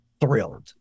thrilled